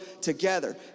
together